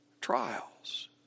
trials